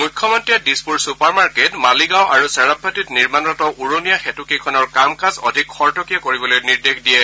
মৃখ্যমন্ত্ৰীয়ে Dispur super market Maligaon আৰু ছেৰাবভাটিত নিৰ্মাণৰত উৰণীয়া সেঁতু কেইখনৰ কাম কাজ অধিক খৰতকীয়া কৰিবলৈ নিৰ্দেশ দিয়ে